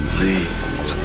Please